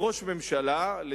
ראש ממשלה עשה את זה,